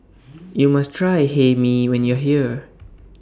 YOU must Try Hae Mee when YOU Are here